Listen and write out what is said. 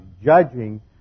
judging